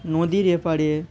নদীর এপারে